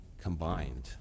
combined